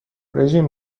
رژیم